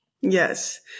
Yes